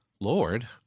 Lord